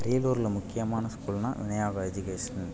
அரியலூரில் முக்கியமான ஸ்கூல்னால் விநாயகா எஜிகேஷ்னல்